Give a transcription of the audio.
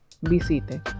visite